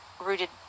rooted